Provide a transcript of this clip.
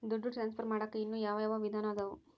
ದುಡ್ಡು ಟ್ರಾನ್ಸ್ಫರ್ ಮಾಡಾಕ ಇನ್ನೂ ಯಾವ ಯಾವ ವಿಧಾನ ಅದವು?